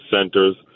centers